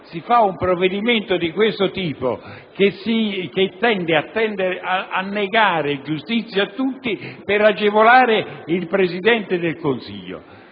un provvedimento che tende a negare giustizia a tutti per agevolare il Presidente del Consiglio.